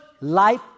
life